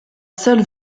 seule